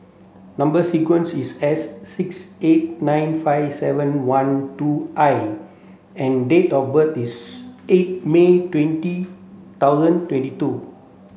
number sequence is S six eight nine five seven one two I and date of birth is eight May twenty thousand twenty two